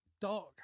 dark